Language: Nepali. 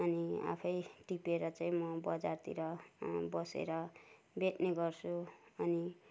अनि आफै टिपेर चाहिँ म बजारतिर बसेर बेच्ने गर्छु अनि